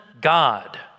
God